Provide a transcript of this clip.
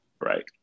Right